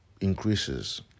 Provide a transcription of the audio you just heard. increases